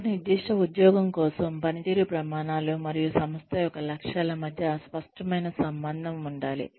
ఒక నిర్దిష్ట ఉద్యోగం కోసం పనితీరు ప్రమాణాలు మరియు సంస్థ యొక్క లక్ష్యాల మధ్య స్పష్టమైన సంబంధం ఉండాలి